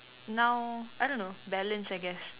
now I don't know balance I guess